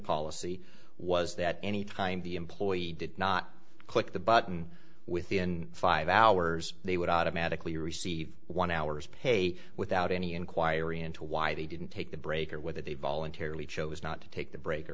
policy was that any time the employee did not click the button within five hours they would automatically receive one hour's pay without any inquiry into why they didn't take a break or whether they voluntarily chose not to take the break or